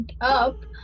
up